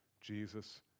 Jesus